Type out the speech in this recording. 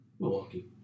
Milwaukee